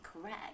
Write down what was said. correct